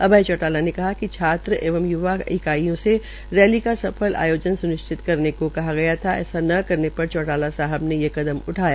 अभय चौटाला ने कहा कि छात्र एवं च्नाव इकाइयों में रैली का सफल आयोजित स्निश्चित करते हुए कहा गया गया था ऐसा न करने पर चौटाला साहब ने कदम उठाया